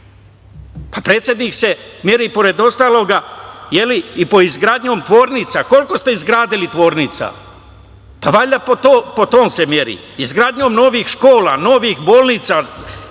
divi. Predsednik se meri, pored ostaloga, i po izgradnji tvornica. Koliko ste izgradili tvornica? Pa, valjda po tom se meri. Izgradnjom novih škola, izgradnjom bolnica,